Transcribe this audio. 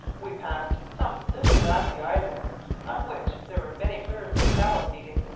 we passed some little grassy islands on which there were many herds of cattle feeding.